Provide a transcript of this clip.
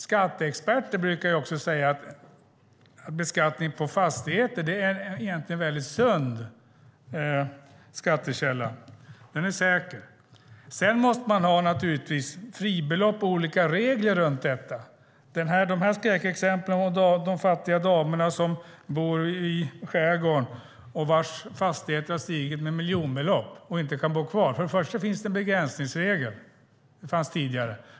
Skatteexperter brukar också säga att beskattningen av fastigheter egentligen är en ganska sund skattekälla. Den är säker. Sedan måste man naturligtvis ha fribelopp och olika regler runt detta. När det gäller skräckexemplen om de fattiga damerna som bor i skärgården och vilkas fastigheter har stigit med miljonbelopp, vilket gör att de inte kan bo kvar, kan jag säga följande. För det första fanns det tidigare en begränsningsregel.